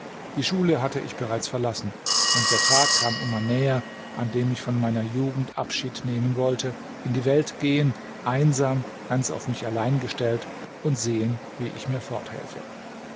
die schule hatte ich bereits verlassen und der tag kam immer näher an dem ich von meiner jugend abschied nehmen sollte in die welt gehen einsam ganz auf mich allein gestellt und sehen wie ich mir